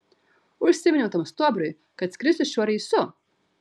užsiminiau tam stuobriui kad skrisiu šiuo reisu